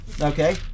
okay